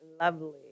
lovely